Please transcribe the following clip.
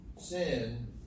sin